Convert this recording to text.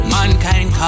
Mankind